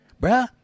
bruh